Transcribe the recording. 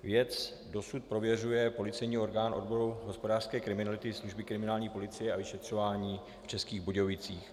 Věc dosud prověřuje policejní orgán odboru hospodářské kriminality služby kriminální policie a vyšetřování v Českých Budějovicích.